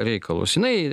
reikalus jinai